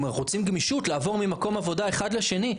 שאם אנחנו רוצים גמישות לעבור ממקום עבודה אחד לשני.